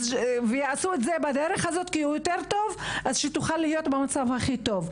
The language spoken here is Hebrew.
אז שהאמא תוכל להיות במצב הכי טוב.